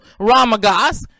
Ramagas